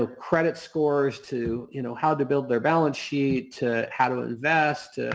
ah credit scores to you know how to build their balance sheet to how to invest.